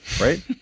right